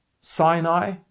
Sinai